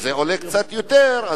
זה עולה קצת יותר,